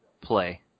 play